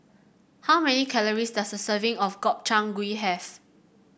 how many calories does a serving of Gobchang Gui have